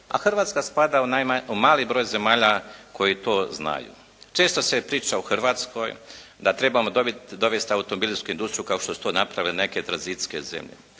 a Hrvatska spada u mali broj zemalja koje to znaju. Često se priča o Hrvatskoj da trebamo dovesti automobilsku industriju kao što su to napravile neke tranzicijske zemlje.